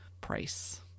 price